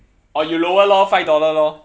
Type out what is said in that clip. or you lower lor five dollar lor